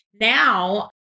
Now